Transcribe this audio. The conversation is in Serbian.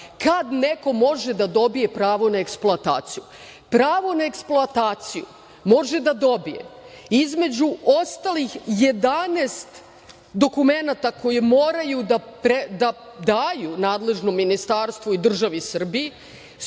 kad neko može da dobije pravo na eksploataciju. Pravo na eksploataciju može da dobije, između ostalih 11 dokumenata koje moraju da daju nadležnom ministarstvu i državi Srbiji,